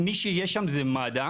מי שיהיה שם זה מד"א.